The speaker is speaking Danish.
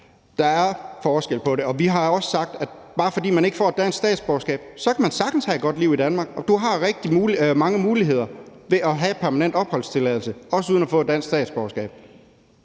der er forskel på det. Og vi har også sagt, at selv om man ikke får et dansk statsborgerskab, kan man sagtens have et godt liv i Danmark. Du har rigtig mange muligheder ved at have en permanent opholdstilladelse, også uden at få et dansk statsborgerskab.